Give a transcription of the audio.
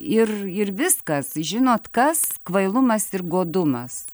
ir ir viskas žinot kas kvailumas ir godumas